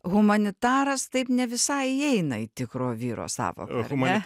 humanitaras taip nevisai įeina į tikro vyro sąvoką ar ne